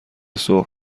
سرخ